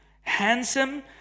handsome